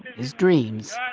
his dreams,